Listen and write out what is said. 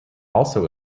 also